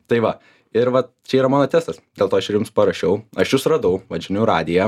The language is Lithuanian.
tai va ir vat čia yra mano testas dėl to aš ir jums parašiau aš jus radau vat žinių radiją